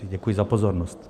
Děkuji za pozornost.